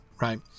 right